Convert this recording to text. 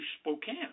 Spokane